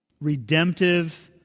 redemptive